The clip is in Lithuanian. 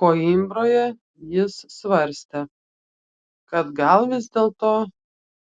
koimbroje jis svarstė kad gal vis dėlto